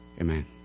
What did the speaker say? Amen